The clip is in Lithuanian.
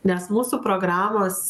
nes mūsų programos